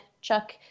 Chuck